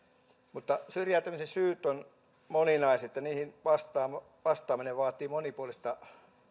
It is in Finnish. mutta syrjäytymisen syyt ovat moninaiset ja niihin vastaaminen vastaaminen vaatii monipuolista